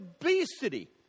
obesity